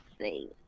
see